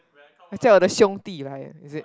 我叫我的兄弟来 ah is it